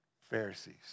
Pharisees